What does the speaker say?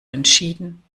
entschieden